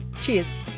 Cheers